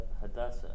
Hadassah